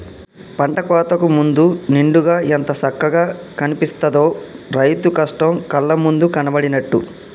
పంట కోతకు ముందు నిండుగా ఎంత సక్కగా కనిపిత్తదో, రైతు కష్టం కళ్ళ ముందు కనబడినట్టు